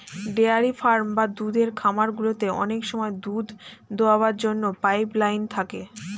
dairy farm বা দুধের খামারগুলিতে অনেক সময় দুধ দোয়াবার জন্য পাইপ লাইন থাকে